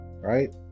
right